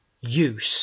use